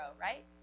right